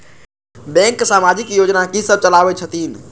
Bank समाजिक योजना की सब चलावै छथिन?